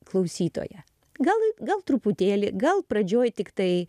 klausytoją gal gal truputėlį gal pradžioj tiktai